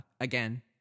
again